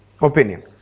opinion